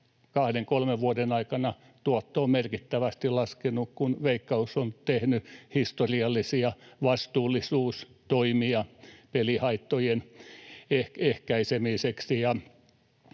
vuoden aikana tuotto on merkittävästi laskenut, kun Veikkaus on tehnyt historiallisia vastuullisuustoimia pelihaittojen ehkäisemiseksi,